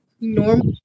normal